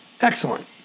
Excellent